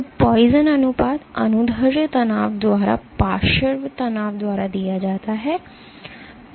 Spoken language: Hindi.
तो पोइज़न अनुपात अनुदैर्ध्य तनाव द्वारा पार्श्व तनाव द्वारा दिया जाता है